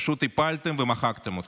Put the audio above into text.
פשוט הפלתם ומחקתם אותן.